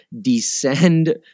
descend